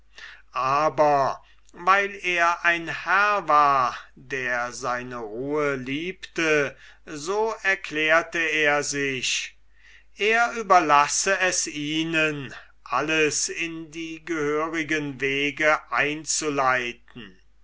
aber weil er ein herr war der seine ruhe liebte so erklärte er sich er überlasse es ihnen alles in die gehörige wege einzuleiten